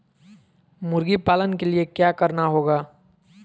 मुर्गी पालन के लिए क्या करना होगा?